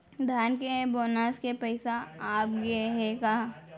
धान के बोनस के पइसा आप गे हे का?